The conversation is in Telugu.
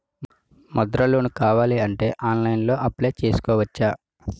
ముద్రా లోన్ కావాలి అంటే ఆన్లైన్లో అప్లయ్ చేసుకోవచ్చా?